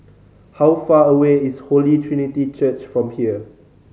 how far away is Holy Trinity Church from here